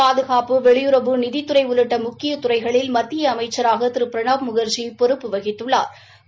பாதுகாப்பு வெளியுறவு நிதித்துறை உள்ளிட்ட முக்கிய துறைகளில் மத்திய அமைச்சராக திரு பிரணாப்முகா்ஜி பொறுப்பு வகித்துள்ளாா்